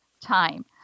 time